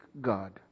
God